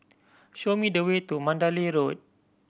show me the way to Mandalay Road